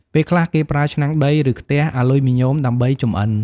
ពេលខ្លះ គេប្រើឆ្នាំងដី ឬ ខ្ទះអាលុយមីញ៉ូមដើម្បីចម្អិន។